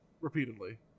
repeatedly